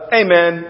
amen